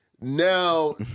Now